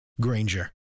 Granger